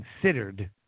considered